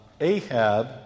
Ahab